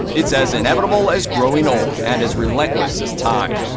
it's as inevitable as growing old, and as relentless as time.